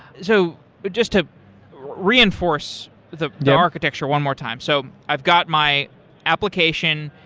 so just to reinforce the the architecture one more time. so i've got my application.